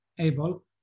able